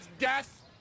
death